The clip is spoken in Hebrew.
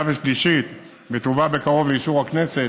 ושלישית ותובא בקרוב לאישור הכנסת,